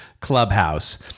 Clubhouse